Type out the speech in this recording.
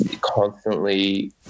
constantly